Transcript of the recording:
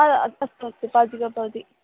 अस्तु अस्तु पाचिका भवति